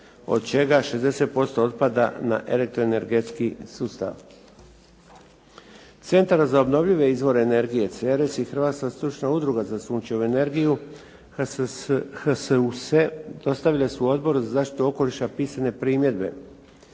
od čega 60% otpada na elektroenergetski sustav. Centar za obnovljive izvore energije CERES i Hrvatska stručna udruga za sunčevu energiju HSUSE, dostavile su Odboru za zaštitu okoliša pisane primjedbe.